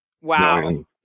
wow